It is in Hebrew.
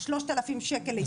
3,000 שקל לאבחון.